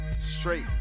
straight